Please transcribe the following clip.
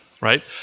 right